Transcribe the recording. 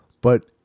But-